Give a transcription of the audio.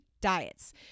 Diets